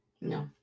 No